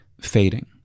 fading